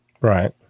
Right